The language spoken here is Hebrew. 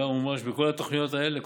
כמה מומש בכל התוכניות האלה?